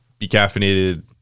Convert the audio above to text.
becaffeinated